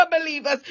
believers